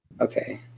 Okay